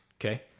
Okay